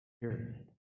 period